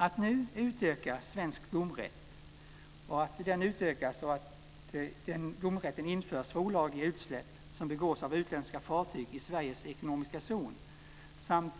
Att en utökad svensk domsrätt nu införs för olagliga utsläpp som begås från utländska fartyg i Sveriges ekonomiska zon,